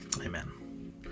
Amen